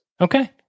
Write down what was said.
Okay